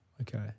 Okay